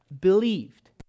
believed